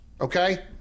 okay